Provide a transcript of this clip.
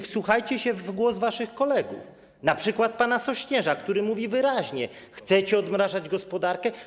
Wsłuchajcie się w głos waszych kolegów, np. pana Sośnierza, który mówi wyraźnie: Chcecie odmrażać gospodarkę?